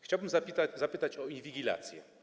Chciałbym zapytać o inwigilację.